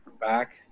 back